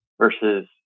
versus